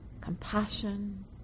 compassion